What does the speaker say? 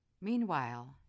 Meanwhile